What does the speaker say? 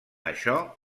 això